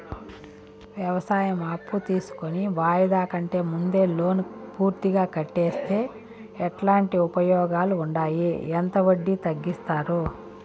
వ్యవసాయం అప్పు తీసుకొని వాయిదా కంటే ముందే లోను పూర్తిగా కట్టేస్తే ఎట్లాంటి ఉపయోగాలు ఉండాయి? ఎంత వడ్డీ తగ్గిస్తారు?